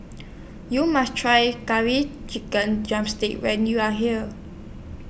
YOU must Try Curry Chicken Drumstick when YOU Are here